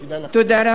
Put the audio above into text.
תודה רבה.